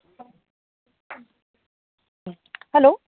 hello